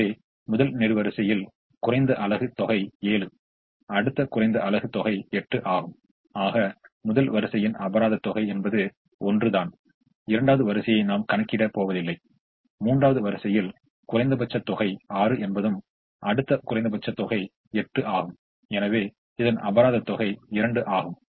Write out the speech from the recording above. எனவே முதல் வரிசையின் குறைந்த அலகு தொகை 7 அடுத்த குறைந்த அலகு தொகை 8 ஆகும் ஆக முதல் வரிசையின் அபராதம் தொகை என்பது 1 தான் இரண்டாவது வரிசையை நாம் கணக்கிடப் போவதில்லை மூன்றாவது வரிசையில் குறைந்தபட்ச தொகை 6 என்பதும் அடுத்த குறைந்தபட்ச தொகை 8 ஆகும் எனவே இதன் அபராதம் தொகை 2 ஆகும்